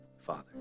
Father